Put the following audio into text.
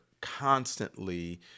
constantly